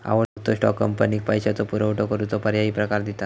आवडतो स्टॉक, कंपनीक पैशाचो पुरवठो करूचो पर्यायी प्रकार दिता